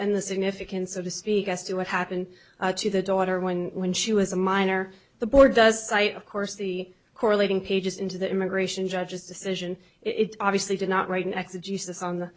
and the significance of the speak as to what happened to the daughter when when she was a minor the board does cite of course the correlating pages into the immigration judge's decision it obviously did not write next to jesus on th